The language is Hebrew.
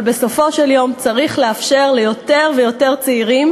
אבל בסופו של יום צריך לאפשר ליותר ויותר צעירים